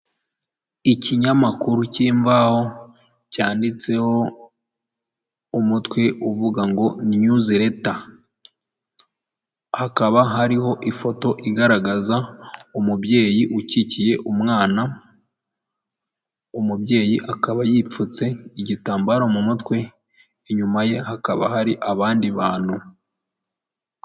Ikinyamakuru cy'imvaho cyanditseho umutwe uvuga ngo ''Nnyuzi leta'' hakaba hariho ifoto igaragaza umubyeyi ukikiye umwana, umubyeyi akaba yipfutse igitambaro mu mutwe, inyuma ye hakaba hari abandi bantu.